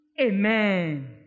Amen